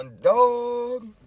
dog